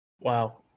Wow